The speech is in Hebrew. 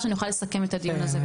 שאני אוכל לסכם את הדיון הזה.